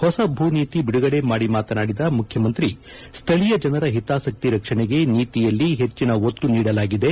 ಹೊಸ ಭೂ ನೀತಿ ಬಿಡುಗಡೆ ಮಾಡಿ ಮಾತನಾದಿದ ಮುಖ್ಯಮಂತ್ರಿ ಸ್ಥಳೀಯ ಜನರ ಹಿತಾಸಕ್ತಿ ರಕ್ಷಣೆಗೆ ನೀತಿಯಲ್ಲಿ ಹೆಚ್ಚಿನ ಒತ್ತು ನೀಡಲಾಗಿದೆ